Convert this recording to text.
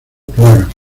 plagas